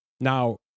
Now